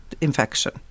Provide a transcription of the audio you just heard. infection